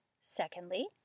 Secondly